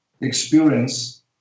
experience